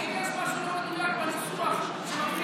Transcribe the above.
אם יש משהו לא מדויק בניסוח שמתחיל בשבת,